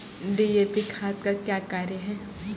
DAP खाद का क्या कार्य हैं?